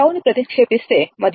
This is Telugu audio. τ ప్రతిక్షేపిస్తే మరియు